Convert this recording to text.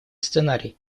сценарий